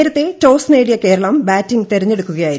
നേരത്തെ ടോസ് നേടിയ കേരളം ബാറ്റിംഗ് തെരഞ്ഞെടുക്കുകയായിരുന്നു